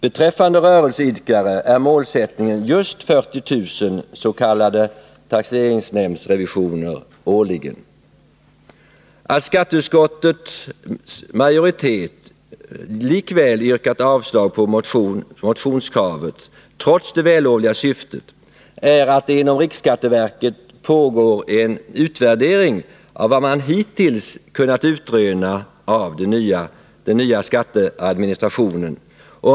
Beträffande rörelseidkare är målsättningen just 40 000 s.k. taxeringsrevisioner årligen. Att skatteutskottets majoritet yrkat avslag på motionskravet, trots det vällovliga syftet, beror på att det inom riksskatteverket pågår en utvärdering av vad man hittills kunnat utröna av den nya skatteadministrationen.